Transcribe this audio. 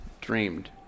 dreamed